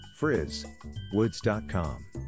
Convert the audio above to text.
frizzwoods.com